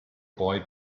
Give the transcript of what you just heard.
boy